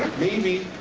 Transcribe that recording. maybe,